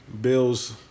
Bill's